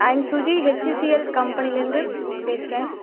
ஐயம் Suji HCL கம்பெனிலேருந்து பேசுகிறேன்